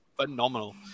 phenomenal